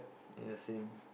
ya same